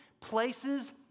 places